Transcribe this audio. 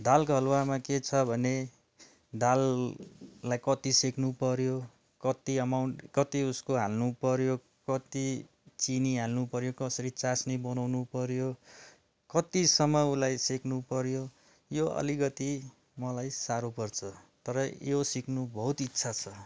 दालको हलुवामा के छ भने दाललाई कति सेक्नु पऱ्यो कति अमाउन्ट कति उसको हाल्नु पऱ्यो कति चिनी हाल्नु पऱ्यो कसरी चास्नी बनाउनु पऱ्यो कतिसम्म उसलाई सेक्नु पऱ्यो यो अलिकति मलाई साह्रो पर्छ तर यो सिक्नु बहुत इच्छा छ